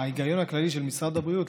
ההיגיון הכללי של משרד הבריאות,